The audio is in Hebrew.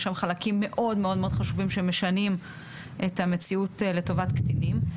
יש שם חלקים מאוד חשובים שמשנים את המציאות לטובת קטינים.